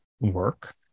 work